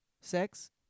Sex